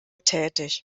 tätig